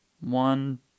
one